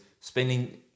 spending